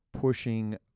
pushing